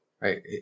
right